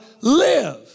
live